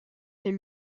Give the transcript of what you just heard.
est